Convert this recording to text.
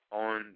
on